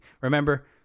Remember